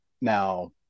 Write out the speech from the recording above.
now